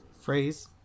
phrase